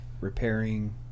repairing